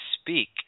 speak